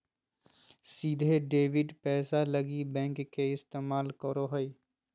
सीधे डेबिट पैसा लगी बैंक के इस्तमाल करो हइ